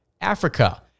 Africa